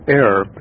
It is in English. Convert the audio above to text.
error